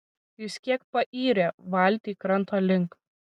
jis kiek payrė valtį kranto link